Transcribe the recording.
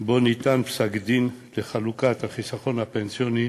שבו ניתן פסק-דין לחלוקת חיסכון פנסיוני